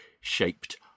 shaped